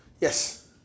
Yes